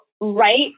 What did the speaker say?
right